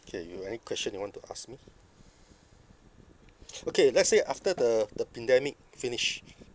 K you have any question you want to ask me okay let's say after the the pandemic finish